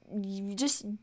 just-